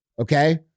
okay